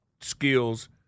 skills